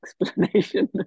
explanation